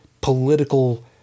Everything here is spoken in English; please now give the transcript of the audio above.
political